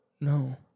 No